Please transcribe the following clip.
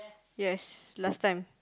yes last time